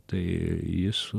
tai jis